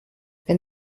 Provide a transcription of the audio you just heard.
wenn